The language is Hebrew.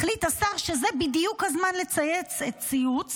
החליט השר שזה בדיוק הזמן לצייץ ציוץ